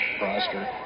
roster